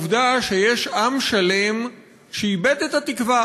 את העובדה שיש עם שלם שאיבד את התקווה